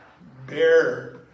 Bear